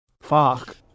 Fuck